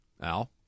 Al